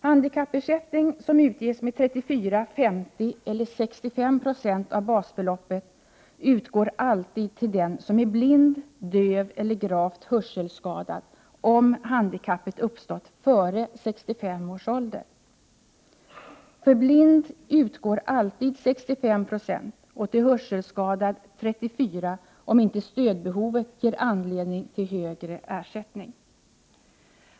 Handikappersättning som utges med 34, 50 eller 65 96 av basbeloppet utgår alltid till den som är blind, döv eller gravt hörselskadad om handikappet uppstått före 65 års ålder. För blind utgår alltid 65 26 och till hörselskadad 34 90, om inte stödbehovet ger anledning till högre ersättning.